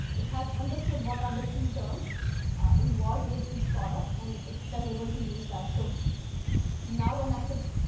it has understood what are the key terms involved with each product, and it's then able to use that. so now when i hit